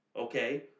okay